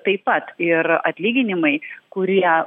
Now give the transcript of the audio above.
taip pat ir atlyginimai kurie